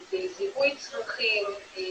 אם זה זיהוי צרכים,